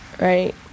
right